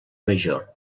major